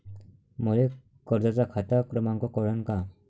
मले कर्जाचा खात क्रमांक कळन का?